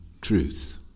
truth